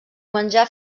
menjar